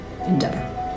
endeavor